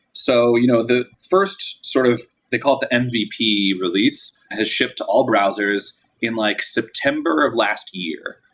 so you know the first sort of they call it the and mvp release has shipped all browsers in like september of last year.